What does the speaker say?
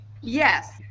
Yes